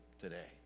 today